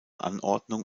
anordnung